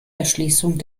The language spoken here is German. erschließung